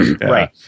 Right